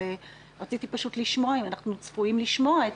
רציתי פשוט לשמוע אם אנחנו צפויים לשמוע את